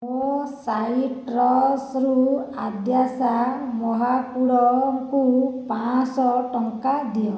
ମୋ ସାଇ ଟ୍ରଷ୍ଟ ରୁ ଆଦ୍ୟାଶା ମହାକୁଡ଼ଙ୍କୁ ପାଞ୍ଚ ଶହ ଟଙ୍କା ଦିଅ